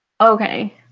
Okay